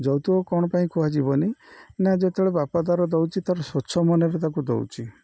ଯୌତୁକ କ'ଣ ପାଇଁ କୁହାଯିବ ନି ନା ଯେତେବେଳେ ବାପା ତା'ର ଦଉଛି ତା'ର ସ୍ୱଚ୍ଛ ମନରେ ତାକୁ ଦଉଛି